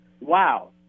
wow